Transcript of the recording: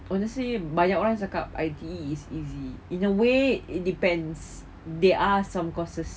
honestly banyak orang cakap I_T_E is easy in a way it depends they are some courses